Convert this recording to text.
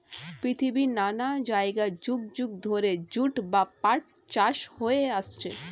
পৃথিবীর নানা জায়গায় যুগ যুগ ধরে জুট বা পাট চাষ হয়ে আসছে